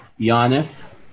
Giannis